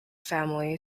family